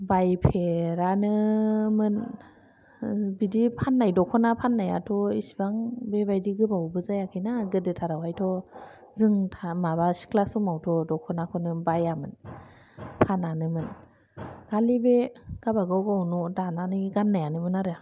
बायफेरानोमोन बिदि फाननाय दखाना फाननायाथ' एसेबां बेबायदि गोबावबो जायाखैना गोदोथारावहायथ' जों माबा सिख्ला समावथ' दखनाखौनो बायामोन फानानोमोन खालि बे गावबागाव गावबागाव न'आव दानानै गाननायानोमोन आरो